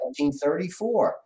1934